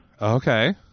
Okay